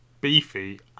beefy